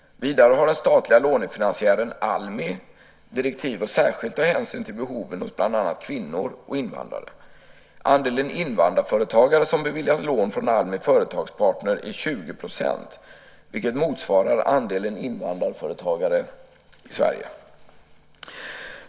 Vidare har den statliga lånefinansiären Almi direktiv att särskilt ta hänsyn till behoven hos bland annat kvinnor och invandrare. Andelen invandrarföretagare som beviljas lån från Almi Företagspartner är 20 %, vilket motsvarar andelen invandrarföretagare i Sverige.